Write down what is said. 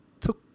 Took